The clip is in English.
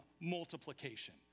multiplication